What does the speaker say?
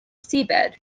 seabed